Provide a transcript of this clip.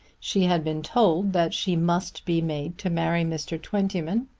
she had been told that she must be made to marry mr. twentyman,